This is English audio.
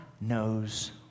knows